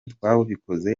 twabikoze